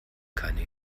keine